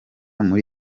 muri